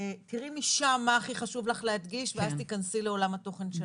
תראי משם מה הכי חשוב לך להדגיש ואז תיכנסי לעולם התוכן.